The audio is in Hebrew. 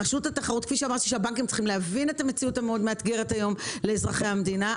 הבנקים צריכים להבין את המציאות המאתגרת היום לאזרחי המדינה,